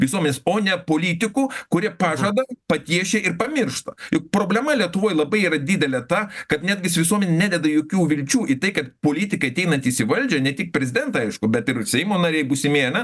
visuomenės o ne politikų kurie pažada patiešia ir pamiršta juk problema lietuvoj labai yra didelė ta kad netgis visuomenė nededa jokių vilčių į tai kad politikai ateinantys į valdžią ne tik prezidentą aišku bet ir seimo nariai būsimieji ane